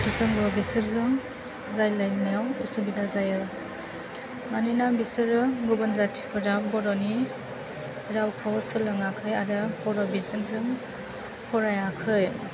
जोंबो बिसोरजों रायलायनायाव उसुबिदा जायो मानोना बिसोरो गुबुन जातिफोरा बर'नि रावखौ सोलोङाखै आरो बर' बिजोंजों फरायाखै